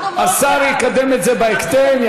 השר יקדם את זה בהקדם.